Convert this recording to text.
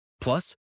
Plus